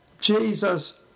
Jesus